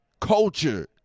culture